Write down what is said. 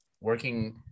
working